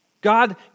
God